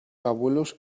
abuelos